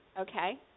okay